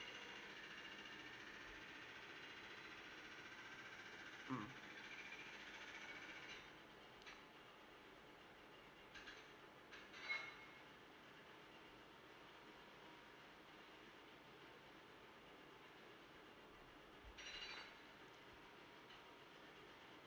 mm